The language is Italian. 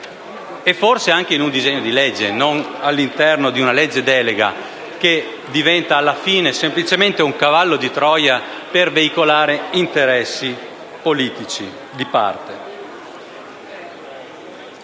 esaminando un disegno di legge e non una legge delega, che diventa, alla fine, semplicemente un cavallo di Troia per veicolare interessi politici di parte.